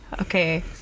Okay